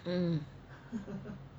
hmm